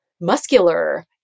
muscular